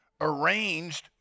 arranged